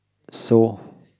so